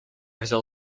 взял